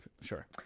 Sure